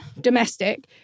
domestic